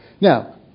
Now